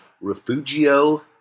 refugio